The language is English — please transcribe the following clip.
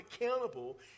accountable